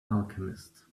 alchemist